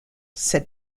said